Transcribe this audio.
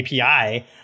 API